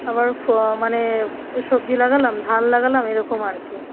আবার ফ মানে ওই সবজি লাগালাম ধান লাগালাম এরকম আর কি